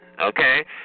okay